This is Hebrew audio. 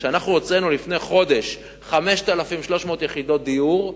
כשאנחנו הוצאנו לפני חודש 5,300 יחידות דיור,